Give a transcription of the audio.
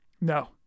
no